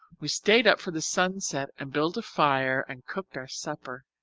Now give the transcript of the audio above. we stayed up for the sunset and built a fire and cooked our supper.